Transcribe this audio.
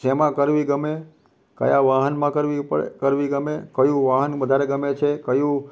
શેમાં કરવી ગમે કયા વાહનમાં કરવી પડે કરવી ગમે કયું વાહન વધારે ગમે છે કયું